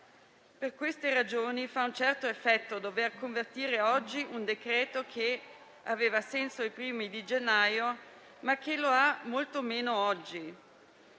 Per queste ragioni fa un certo effetto dover convertire oggi un decreto-legge che aveva senso i primi giorni di gennaio, ma che lo ha molto meno oggi,